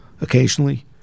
Occasionally